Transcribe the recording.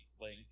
link